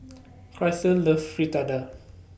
Krystle loves Fritada